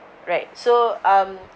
right so um